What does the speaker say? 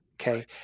Okay